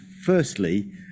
Firstly